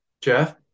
jeff